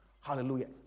Hallelujah